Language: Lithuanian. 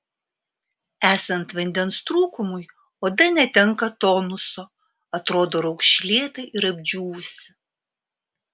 esant vandens trūkumui oda netenka tonuso atrodo raukšlėta ir apdžiūvusi